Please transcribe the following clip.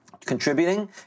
contributing